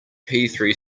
three